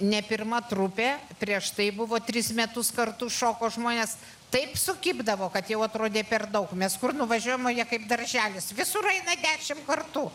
ne pirma trupė prieš tai buvo tris metus kartu šoko žmonės taip sukibdavo kad jau atrodė per daug mes kur nuvažiuojam o jie kaip darželis visur eina dešimt kartų